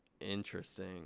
Interesting